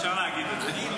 אפשר להגיד את זה.